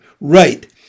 Right